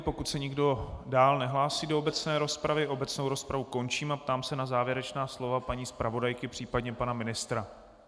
Pokud se nikdo dál nehlásí do obecné rozpravy, obecnou rozpravu končím a ptám se na závěrečná slova paní zpravodajky, případně pana ministra.